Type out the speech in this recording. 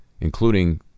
including